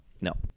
No